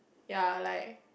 ya like